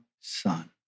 son